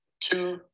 two